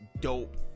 dope